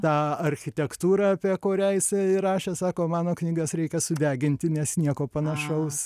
tą architektūrą apie korią jisai rašė sako mano knygas reikia sudeginti nes nieko panašaus